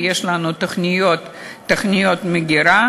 ויש לנו תוכניות מגירה.